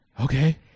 Okay